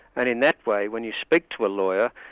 and in that way, when you speak to a lawyer,